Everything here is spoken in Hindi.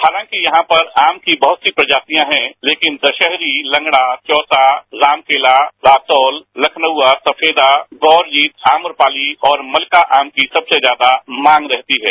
हालांकि यहां पर आम की बहुत सी प्रजातियां हैं लेकिन दशहरी लंगड़ा चौसा रामकेला रातौल लखनउआ सफेदा गौरजीत आक्रपाली और मलिका आम की सबसे ज्यादा मांग रहती है